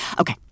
Okay